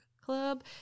club